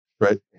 Right